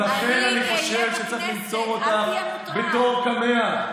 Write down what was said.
ולכן אני חושב שצריך לנצור אותך בתור קמע.